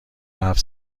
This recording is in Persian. حرف